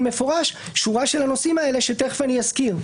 מפורש שורה של הנושאים האלה שתכף אני אזכיר.